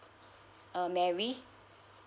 um mary